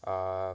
err